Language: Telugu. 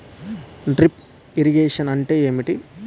డ్రిప్ ఇరిగేషన్ అంటే ఏమిటి?